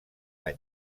any